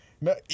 no